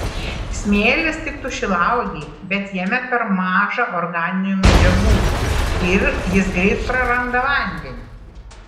smėlis tiktų šilauogei bet jame per maža organinių medžiagų ir jis greit praranda vandenį